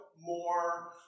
more